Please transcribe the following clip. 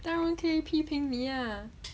但让可以批评你 ah